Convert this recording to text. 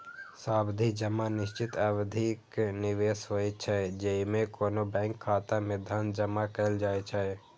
सावधि जमा निश्चित अवधिक निवेश होइ छै, जेइमे कोनो बैंक खाता मे धन जमा कैल जाइ छै